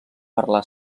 parlar